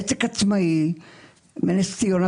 עסק עצמאי מנס ציונה,